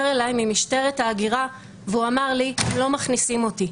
אלי ממשטרת ההגירה והוא אמר לי שלא מכניסים אותו.